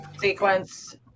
sequence